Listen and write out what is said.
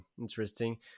interesting